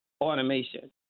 automation